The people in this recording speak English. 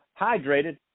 hydrated